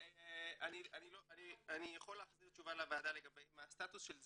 אני יכול להחזיר תשובה לוועדה לגבי מה הסטטוס של זה,